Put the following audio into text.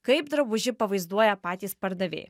kaip drabužį pavaizduoja patys pardavėjai